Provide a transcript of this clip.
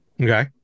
Okay